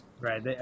Right